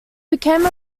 became